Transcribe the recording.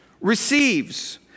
receives